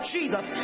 Jesus